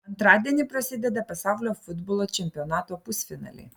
antradienį prasideda pasaulio futbolo čempionato pusfinaliai